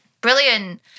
Brilliant